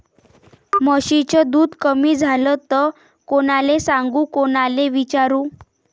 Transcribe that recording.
म्हशीचं दूध कमी झालं त कोनाले सांगू कोनाले विचारू?